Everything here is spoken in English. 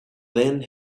then